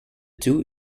two